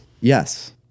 Yes